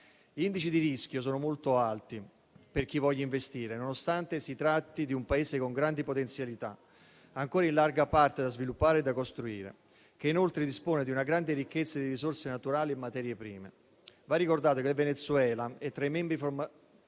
Gli indici di rischio sono molto alti per chi voglia investire, nonostante si tratti di un Paese con grandi potenzialità, ancora in larga parte da sviluppare e costruire, che inoltre dispone di una grande ricchezza di risorse naturali e materie prime. Va ricordato che il Venezuela è tra i membri fondatori